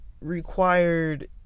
required